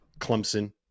Clemson